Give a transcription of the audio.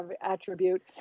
attribute